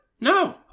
No